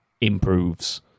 improves